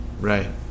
right